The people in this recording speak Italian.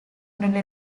nelle